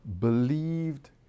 believed